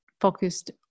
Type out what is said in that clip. focused